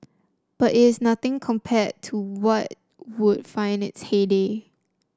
but it is nothing compared to what would find in its heyday